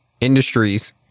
industries